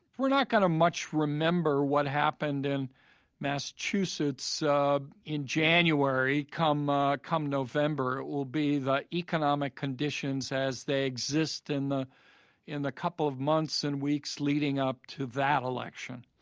we're not going to much remember what happened in massachusetts um in january come ah come november. it will be the economic conditions as they exist and in the couple of months and weeks leading up to that election.